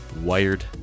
wired